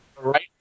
Right